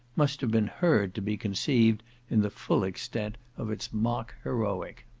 must have been heard to be conceived in the full extent of its mock heroic.